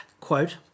quote